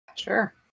Sure